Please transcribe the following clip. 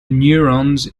neurons